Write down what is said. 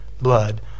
blood